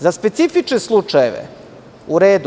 Za specifične slučajeve, u redu.